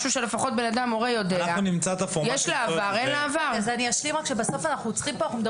משהו שלפחות הורה יודע אם יש לה עבר או אין לה עבר.